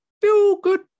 feel-good